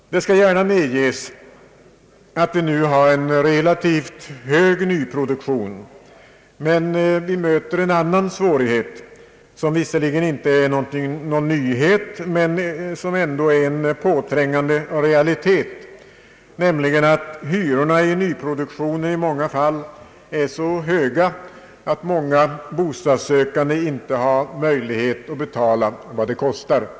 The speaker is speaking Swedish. Det skall gärna medges att vi nu har en relativt hög nyproduktion. Men vi möter en annan svårighet, som visserligen inte är någon nyhet men ändå är en påträngande realitet, nämligen att hyrorna i nyproduktionen ofta är så höga att många bostadssökande inte har möjlighet att betala vad det kostar att bo.